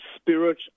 spirit